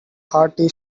hearty